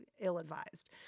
Ill-advised